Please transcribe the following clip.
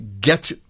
get